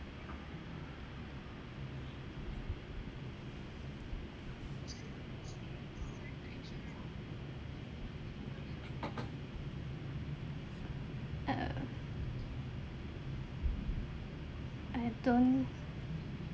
oh I don't